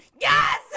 Yes